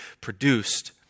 produced